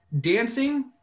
dancing